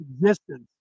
existence